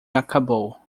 acabou